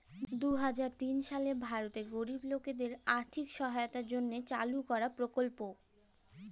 দু হাজার তিল সালে ভারতেল্লে গরিব লকদের আথ্থিক সহায়তার জ্যনহে চালু করা পরকল্প